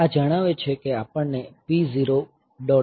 આ જણાવે છે કે આપણને P0